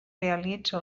realitza